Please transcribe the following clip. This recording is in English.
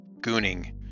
gooning